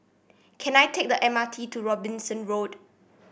can I take the M R T to Robinson Road